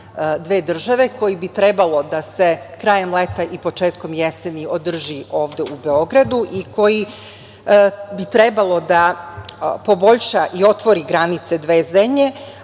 dve države koji bi trebalo da se krajem leta i početkom jeseni održi ovde u Beogradu i koji bi trebalo da poboljša i otvori granice dve zemlje.